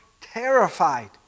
terrified